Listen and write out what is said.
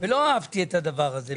לא אהבתי את הדבר הזה,